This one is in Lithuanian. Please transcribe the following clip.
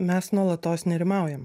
mes nuolatos nerimaujam